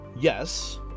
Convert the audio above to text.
Yes